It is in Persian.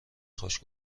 خوش